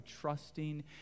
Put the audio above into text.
trusting